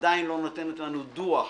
עדיין לא נותנת לנו דוח